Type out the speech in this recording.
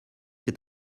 est